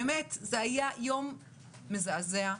זה היה יום מזעזע.